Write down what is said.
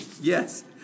yes